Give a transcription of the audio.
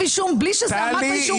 אישום בלי שזה עמד באישורים -- טלי,